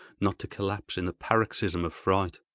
not to collapse in a paroxysm of fright.